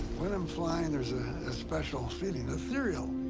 when i'm flying, there's a special feeling, ethereal.